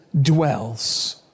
dwells